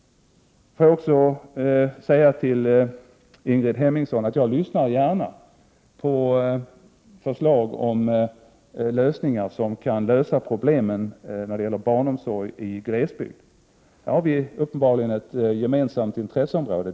Får jag säga till Ingrid Hemmingsson att jag gärna lyssnar på förslag till lösning av barnomsorgsproblemen i glesbygd. Här har vi uppenbarligen ett gemensamt intresseområde.